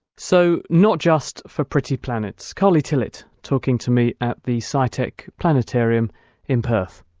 so not just for pretty planets. carley tillet, talking to me at the scitech planetarium in perth.